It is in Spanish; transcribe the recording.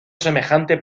semejante